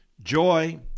joy